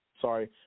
Sorry